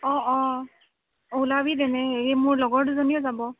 অ অ ওলাবি তেনে হেৰি মোৰ লগৰ দুজনীও যাব